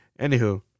anywho